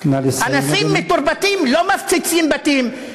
נא לסיים, אדוני.